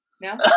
No